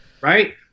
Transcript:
Right